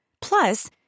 Plus